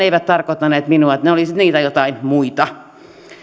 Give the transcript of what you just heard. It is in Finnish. eivät tosiaan tarkoittaneet minua että ne olivat sitten niitä joitain muita